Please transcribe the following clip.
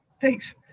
Thanks